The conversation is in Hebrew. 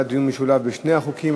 היה דיון משולב בשני החוקים,